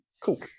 cool